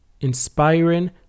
inspiring